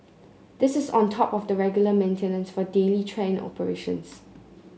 this is on top of the regular maintenance for daily train operations